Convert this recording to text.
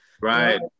right